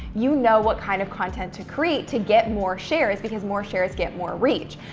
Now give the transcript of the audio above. you know what kind of content to create to get more shares, because more shares get more reach.